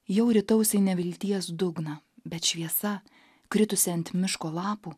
jau ritaus į nevilties dugną bet šviesa kritusi ant miško lapų